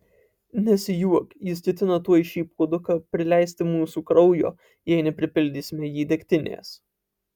nesijuok jis ketina tuoj šį puoduką prileisti mūsų kraujo jei nepripildysime jį degtinės